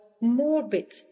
morbid